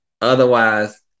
Otherwise